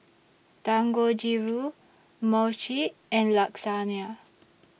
Dangojiru Mochi and